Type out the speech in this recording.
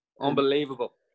Unbelievable